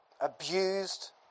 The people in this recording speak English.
abused